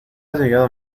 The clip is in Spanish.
llegado